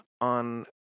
on